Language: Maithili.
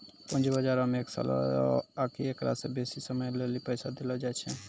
पूंजी बजारो मे एक सालो आकि एकरा से बेसी समयो लेली पैसा देलो जाय छै